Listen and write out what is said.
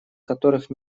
которых